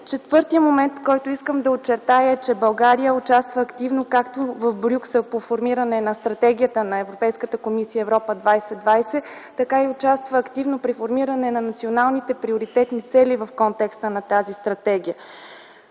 Четвъртият момент, който искам да очертая, е, че България участва активно, както в Брюксел по формиране на стратегията на Европейската комисия „Европа 2020”, така и участва активно при формиране на националните приоритетни цели в контекста на тази стратегия.